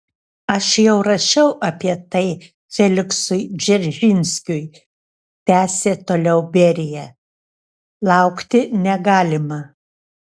aš jau rašiau apie tai feliksui dzeržinskiui tęsė toliau berija laukti negalima